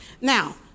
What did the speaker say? Now